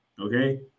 Okay